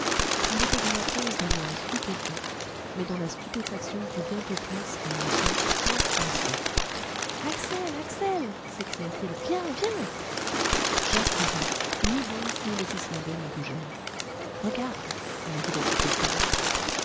il était dans la pose d'un homme stupéfait mais dont la stupéfaction fit bientôt place à une joie insensée axel axel s'écria-t-il viens viens j'accourus ni hans ni les islandais ne bougèrent regarde me dit le professeur